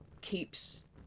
keeps